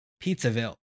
Pizzaville